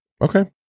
Okay